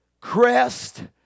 crest